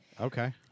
Okay